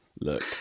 look